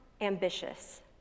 ambitious